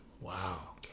Wow